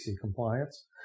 compliance